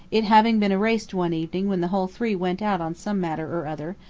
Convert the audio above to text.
it having been erased one evening when the whole three went out on some matter or other,